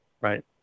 right